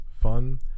fun